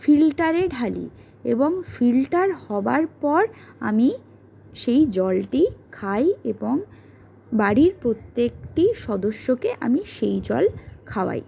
ফিল্টারে ঢালি এবং ফিল্টার হওয়ার পর আমি সেই জলটি খাই এবং বাড়ির প্রত্যেকটি সদস্যকে আমি সেই জল খাওয়াই